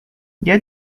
dia